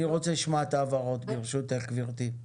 אני רוצה לשמוע את ההבהרות, ברשותך, גברתי.